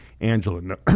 Angela